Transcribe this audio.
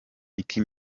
nicki